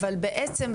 אבל בעצם,